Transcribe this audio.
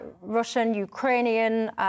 Russian-Ukrainian